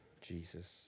Jesus